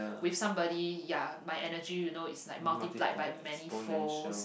with somebody ya my energy you know is like multiplied by many folds